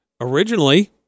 originally